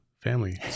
family